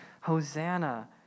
Hosanna